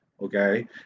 okay